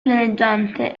pianeggiante